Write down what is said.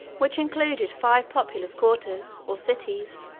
which included five populous quarters, or cities,